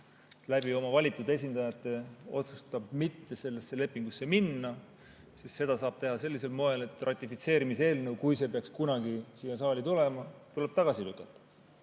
läbi oma valitud esindajate mitte sellesse lepingusse minna, siis seda saab teha sellisel moel, et ratifitseerimise eelnõu, kui see peaks kunagi siia saali tulema, tuleb tagasi lükata.